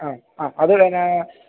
ആ ആ അത് എന്നാ